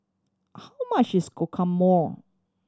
how much is